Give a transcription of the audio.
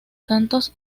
tantos